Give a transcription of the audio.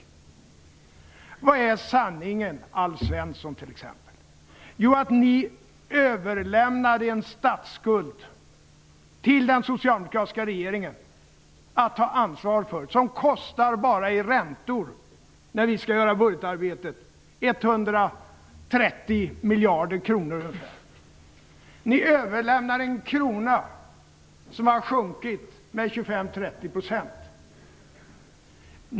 Vad är sanningen, Alf Svensson t.ex.? Jo, ni överlämnade en statsskuld till den socialdemokratiska regeringen att ta ansvar för och som kostar bara i räntor när vi skall göra budgetarbetet ungefär 130 miljarder kronor. Ni överlämnade en krona som har sjunkit med 25-30 %.